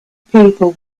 people